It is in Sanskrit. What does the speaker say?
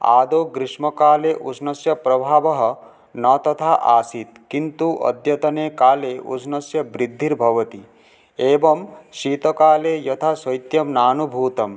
आदौ ग्रीष्मकाले उष्णस्य प्रभावः न तथा आसीत् किन्तु अद्यतने काले उष्णस्य वृद्धिर्भवति एवं शीतकाले यथा शैत्यं नानुभूतं